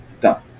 done